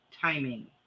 timing